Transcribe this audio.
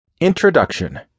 INTRODUCTION